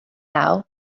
now